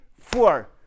four